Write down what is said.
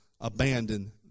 abandon